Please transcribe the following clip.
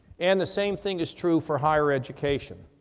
and the same thing is true for higher education.